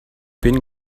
bin